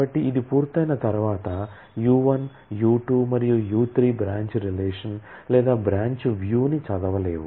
కాబట్టి ఇది పూర్తయిన తర్వాత U1 U2 మరియు U3 బ్రాంచ్ రిలేషన్ లేదా బ్రాంచ్ వ్యూని చదవలేవు